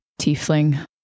tiefling